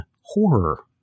horror